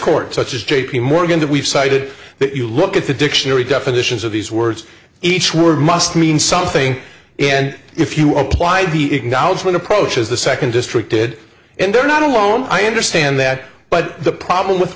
court such as j p morgan that we've cited that you look at the dictionary definitions of these words each word must mean something and if you applied the acknowledgment approach as the second district did and they're not alone i understand that but the problem with